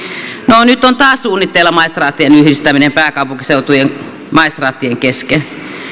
no nyt on taas suunnitteilla maistraattien yhdistäminen pääkaupunkiseudun maistraattien kesken